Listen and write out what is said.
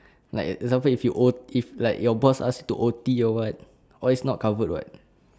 like example if you O if like your boss ask you to O_T or what all is not covered [what]